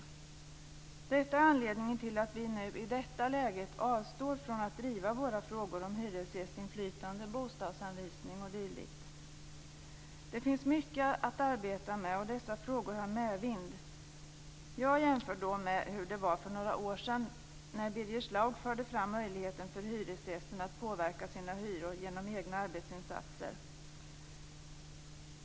Detta är anledningen till att vi nu i detta läge avstår från att driva våra frågor om hyresgästinflytande, bostadsanvisning o.d. Det finns mycket att arbeta med, och dessa frågor har medvind. Jag jämför då med hur det var för några år sedan när Birger Schlaug förde fram möjligheten för hyresgästerna att påverka sina hyror genom egna arbetsinsatser.